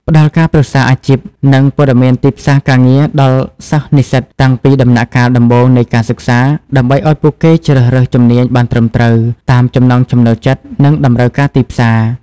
ផ្តល់ការប្រឹក្សាអាជីព និងព័ត៌មានទីផ្សារការងារដល់សិស្សនិស្សិតតាំងពីដំណាក់កាលដំបូងនៃការសិក្សា ដើម្បីឱ្យពួកគេជ្រើសរើសជំនាញបានត្រឹមត្រូវតាមចំណង់ចំណូលចិត្ត និងតម្រូវការទីផ្សារ។